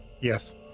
Yes